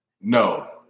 No